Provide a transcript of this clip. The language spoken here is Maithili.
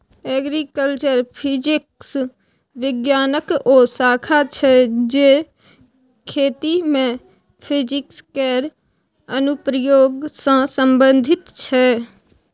एग्रीकल्चर फिजिक्स बिज्ञानक ओ शाखा छै जे खेती मे फिजिक्स केर अनुप्रयोग सँ संबंधित छै